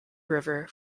river